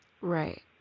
Right